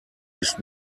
ist